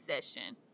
session